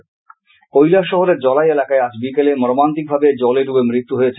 মৃত্যু কৈলাসহরের জলাই এলাকায় আজ বিকালে মর্মান্তিকভাবে জলে ডুবে মৃত্যু হয়েছে